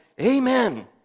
Amen